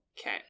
Okay